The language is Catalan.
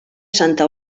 santa